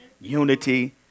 unity